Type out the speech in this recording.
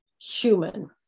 human